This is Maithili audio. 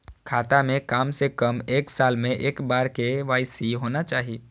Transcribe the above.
खाता में काम से कम एक साल में एक बार के.वाई.सी होना चाहि?